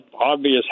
obvious